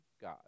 God